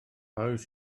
oes